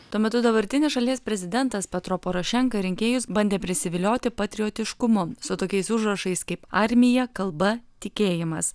tuo metu dabartinis šalies prezidentas petro porošenka rinkėjus bandė prisivilioti patriotiškumu su tokiais užrašais kaip armija kalba tikėjimas